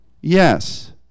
yes